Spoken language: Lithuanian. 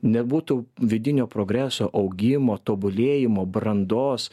nebūtų vidinio progreso augimo tobulėjimo brandos